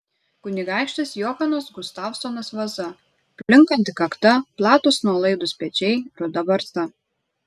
kunigaikštis johanas gustavsonas vaza plinkanti kakta platūs nuolaidūs pečiai ruda barzda